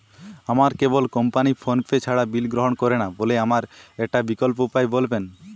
আমার কেবল company PhonePe ছাড়া বিল গ্রহণ করে না বলে আমার একটা বিকল্প উপায় বলবেন?